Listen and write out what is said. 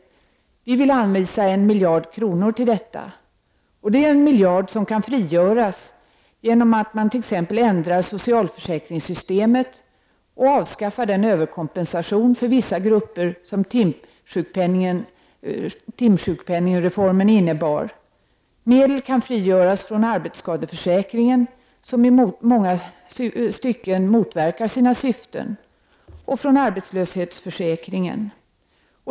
Vi vill anvisa en miljard kronor till detta. Denna miljard kan frigöras genom att man t.ex. ändrar socialförsäkringssystemet och avskaffar den överkompensation för vissa grupper som timsjukpenningreformen innebar. Medel kan frigöras från arbetsskadeförsäkringen som i många stycken motverkar sina syften och från arbetslöshetsförsäkringen.